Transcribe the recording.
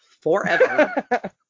forever